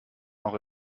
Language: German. jetzt